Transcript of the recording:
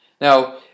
Now